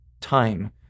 time